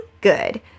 good